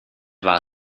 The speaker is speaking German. war